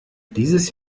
dieses